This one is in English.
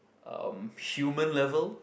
um human level